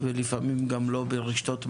לא ברשתות מזון,